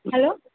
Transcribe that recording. hello